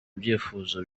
ibyifuzo